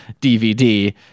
DVD